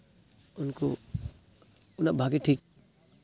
ᱩᱱᱠᱩ ᱩᱱᱟᱹᱜ ᱵᱷᱟᱜᱮ ᱴᱷᱤᱠ